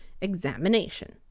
examination